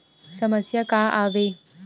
समस्या का आवे?